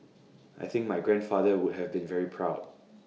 I think my grandfather would have been very proud